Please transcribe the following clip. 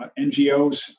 NGOs